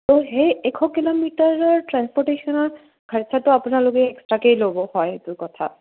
ত' সেই এশ কিলোমিটাৰৰ ট্ৰান্সপৰ্টেশ্যনৰ খৰচটো আপোনালোকে এক্সট্ৰাকেই ল'ব হয় সেইটো কথা